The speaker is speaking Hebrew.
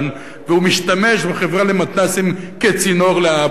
והוא משתמש בחברה למתנ"סים כצינור להעברה,